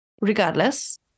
Regardless